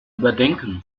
überdenken